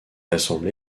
assemblé